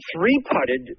three-putted